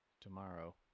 tomorrow